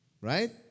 right